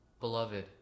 beloved